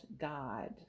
God